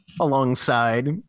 alongside